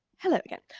hello again,